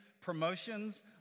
promotions